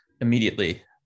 immediately